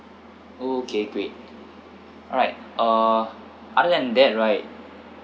okay great alright uh other than that right